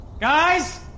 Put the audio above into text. Guys